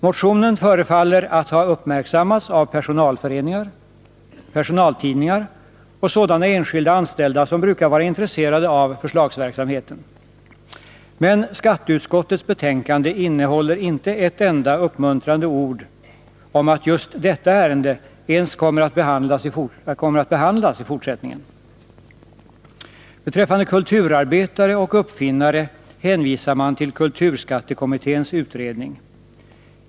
Motionen förefaller att ha uppmärksammats av personalföreningar, personaltidningar och sådana enskilda anställda som brukar vara intresserade av förslagsverksamheten. Men skatteutskottets betänkande innehåller inte ett enda uppmuntrande ord om att just detta ärende ens kommer att behandlas i fortsättningen. Beträffande kulturarbetare och uppfinnare hänvisar man till kulturskattekommitténs utredning.